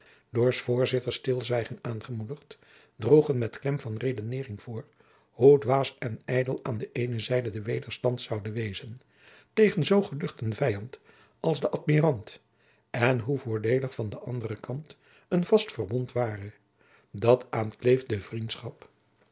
s voorzitters stilzwijgen aangemoedigd droegen met klem van redeneering voor hoe dwaas en ijdel aan de eene zijde de wederstand zoude wezen tegen zoo geducht een vijand als de admirant en hoe voordeelig van den anderen jacob van lennep de pleegzoon kant een vast verbond ware dat aan kleef de vriendschap